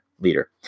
leader